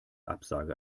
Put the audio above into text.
absage